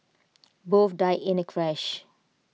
both died in the crash